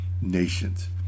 nations